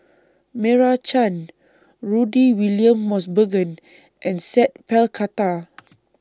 Meira Chand Rudy William Mosbergen and Sat Pal Khattar